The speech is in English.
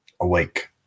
awake